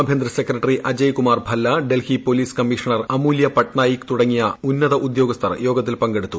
ആഭ്യന്തര secretary Ajaykumar Bhalla Delhi police commissioner Amulya Patnaik തുടങ്ങിയ ഉന്നത ഉദ്യോഗ്രസ്ഥർ യോഗത്തിൽ പങ്കെടുത്തു